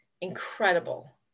incredible